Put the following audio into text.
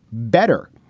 better.